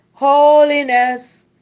Holiness